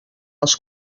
els